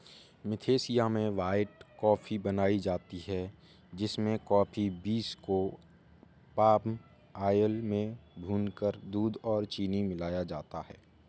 Malaysia में white coffee बनाई जाती है जिसमें कॉफी बींस को पाम आयल में भूनकर दूध और चीनी मिलाया जाता है